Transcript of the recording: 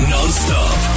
Non-stop